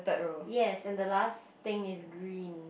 yes and the last thing is green